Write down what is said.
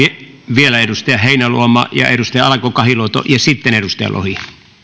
vielä edustaja heinäluoma ja edustaja alanko kahiluoto ja sitten edustaja lohi